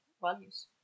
values